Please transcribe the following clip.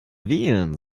wählen